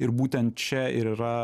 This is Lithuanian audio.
ir būtent čia ir yra